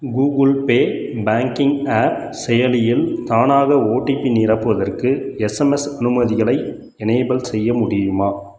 Google Pay banking app செயலியில் தானாக OTP நிரப்புவதற்கு எஸ்எம்எஸ் அனுமதிகளை எனேபிள் செய்ய முடியுமா